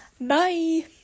Bye